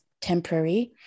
temporary